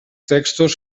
textos